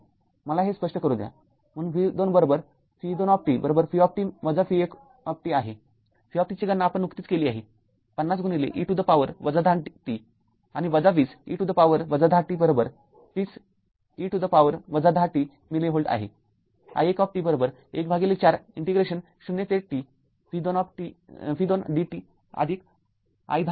मला हे स्पष्ट करू द्या म्हणून v२ v२ v v१ आहे v ची गणना आपण नुकतीच केली आहे ५० e to the power १०t आणि २० e to the power १०t बरोबर ३० e to the power १०t मिली व्होल्ट आहे i११४ इंटिग्रेशन ० ते t v२dt आदिक i १० आहे